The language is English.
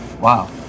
Wow